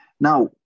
Now